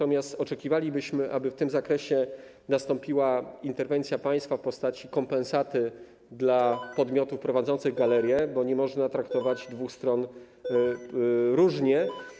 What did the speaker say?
Oczekiwalibyśmy, żeby w tym zakresie nastąpiła interwencja państwa w postaci kompensaty dla podmiotów prowadzących galerie, bo nie można traktować dwóch stron różnie.